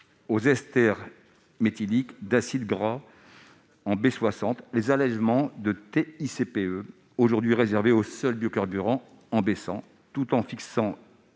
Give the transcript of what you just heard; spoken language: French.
aux esters méthyliques d'acides gras en B60 les allégements de TICPE aujourd'hui réservés aux seuls biocarburants B100, tout en fixant